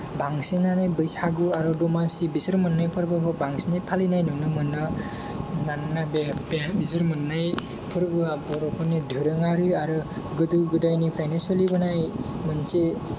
बांसिनानो बैसागु आरो दमासि बिसोर मोन्नै फोरबोखौ बांसिनै फालिनाय नुनो मोनो मानोना बे बे बिसोर मोन्नै फोरबोआ बर'फोरनि दोरोंआरि आरो गोदो गोदायनिफ्रायनो सोलिबोनाय मोनसे